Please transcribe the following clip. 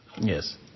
yes